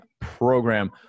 program